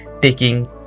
Taking